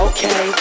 Okay